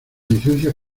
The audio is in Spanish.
licencias